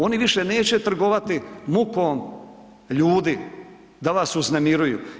Oni više neće trgovati mukom ljudi da vas uznemiruju.